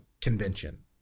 convention